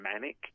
manic